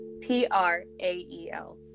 p-r-a-e-l